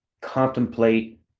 contemplate